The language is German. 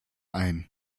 ein